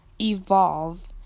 evolve